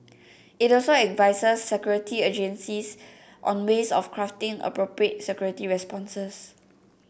it also advises security agencies on ways of crafting appropriate security responses